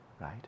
right